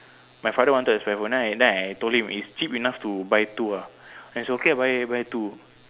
my father wanted the spare phone then I then I told him it's cheap enough to buy two ah then it's so okay lah buy buy two